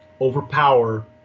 overpower